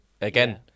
again